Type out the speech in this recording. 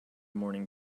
morning